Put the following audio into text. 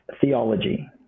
Theology